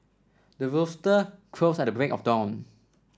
the rooster crows at the break of dawn